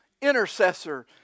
intercessor